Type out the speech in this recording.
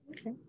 Okay